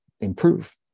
improve